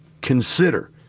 consider